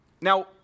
Now